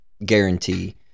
guarantee